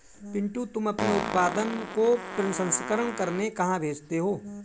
पिंटू तुम अपने उत्पादन को प्रसंस्करण करने कहां भेजते हो?